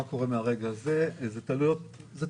מה קורה מהרגע הזה, זה תלוי פרסונלית.